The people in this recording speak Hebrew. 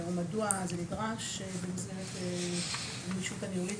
או מדוע התיקון נדרש במסגרת הגמישות הניהולית,